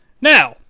Now